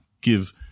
Give